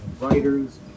writers